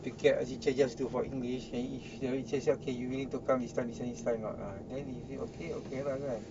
pick up a teacher just do for english then if the teacher say okay you willing to come this time this time this time or not ah then if everything okay then okay lah kan